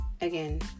again